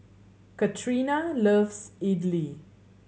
Katrina loves Idili